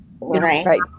Right